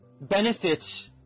Benefits